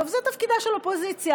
זו תפקידה של אופוזיציה.